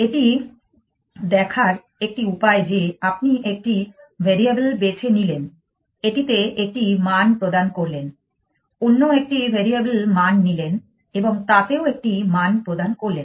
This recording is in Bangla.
এটি দেখার একটি উপায় যে আপনি একটি ভ্যারিয়েবল বেছে নিলেন এটিতে একটি মান প্রদান করলেন অন্য একটি ভ্যারিয়েবল মান নিলেন এবং তাতেও একটি মান প্রদান করলেন